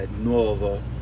Nuovo